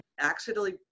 accidentally